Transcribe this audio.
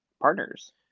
partners